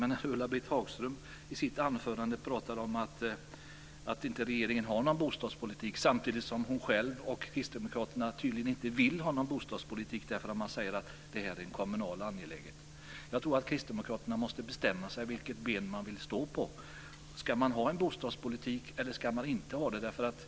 Men Ulla-Britt Hagström sade i sitt anförande att regeringen inte har någon bostadspolitik, samtidigt som hon själv och kristdemokraterna tydligen inte vill ha någon sådan eftersom de säger att det är en kommunal angelägenhet. Jag tror att kristdemokraterna måste bestämma sig för vilket ben de vill stå på. Ska man ha en bostadspolitik eller ska man inte ha det?